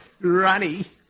Ronnie